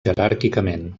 jeràrquicament